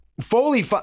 Foley